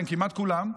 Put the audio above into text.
כמעט כולם.